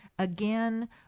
Again